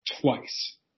Twice